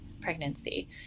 pregnancy